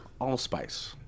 allspice